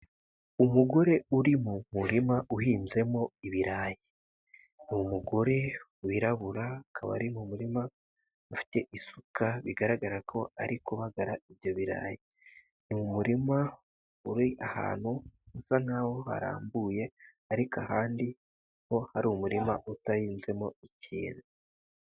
Umugore uri mu murima uhinzemo ibirayi, ni umugore wirabura, akaba ari mu murima ufite isuka ,bigaragara ko ari kubagara ibyo birayi ,ni umurima uri ahantu usa nkaho harambuye ,ariko ahandi ho hari umurima udahinzemo ikintu.